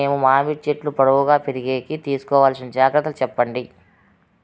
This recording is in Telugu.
మేము మామిడి చెట్లు పొడువుగా పెరిగేకి తీసుకోవాల్సిన జాగ్రత్త లు చెప్పండి?